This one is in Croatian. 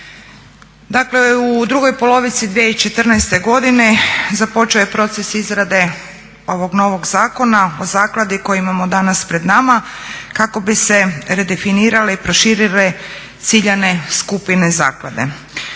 Dakle u drugoj polovici 2014.godine započeo je proces izrade ovog novog zakona o zakladi koji imamo danas pred nama kako bi se redefinirale i proširile ciljane skupine zaklade.